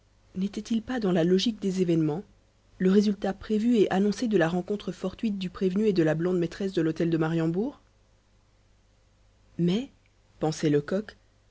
n'était-il pas dans la logique des événements le résultat prévu et annoncé de la rencontre fortuite du prévenu et de la blonde maîtresse de l'hôtel de mariembourg mai pensait lecoq